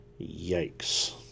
Yikes